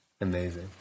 Amazing